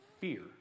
fear